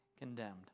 condemned